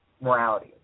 morality